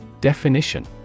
DEFINITION